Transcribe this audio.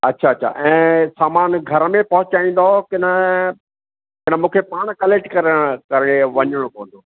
अच्छा अच्छा ऐं सामानु घर में पहुचाईंदव की न की न मूंखे पाणि कलैक्ट करण करे वञिणो पवंदो